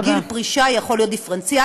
גם גיל פרישה יכול להיות דיפרנציאלי.